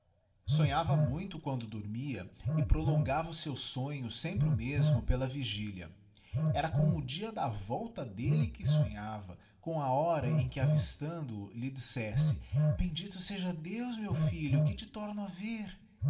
sonhava muito quando dormia e prolongava o seu sonho sempre o mesmo pela vigilia era como dia da volta delle que sonhava com a hora em que avistando o lhe dissesse í bemdicto seja deus meu filho que te torno a ver